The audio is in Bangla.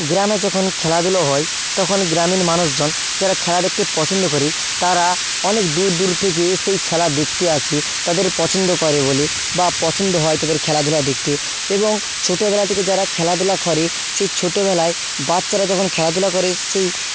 গ্রামে যখন খেলাধুলো হয় তখন গ্রামীণ মানুষজন যারা খেলা দেখতে পছন্দ করি তারা অনেক দূর দূর থেকে সেই খেলা দেখতে আসে তাদের পছন্দ করে বলে বা পছন্দ হয় তাদের খেলাধুলা দেখতে এবং ছোটোবেলা থেকে যারা খেলাধুলা করে সেই ছোটোবেলায় বাচ্চারা যখন খেলাধুলা করে সেই